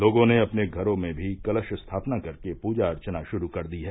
लोगों ने अपने घरों में भी कलश स्थापना कर के पूजा अर्चना शुरू कर दी है